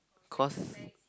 cause